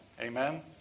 Amen